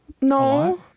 No